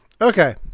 okay